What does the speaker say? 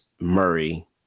Murray